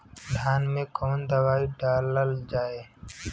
धान मे कवन दवाई डालल जाए?